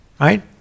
Right